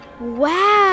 Wow